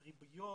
עם ריביות,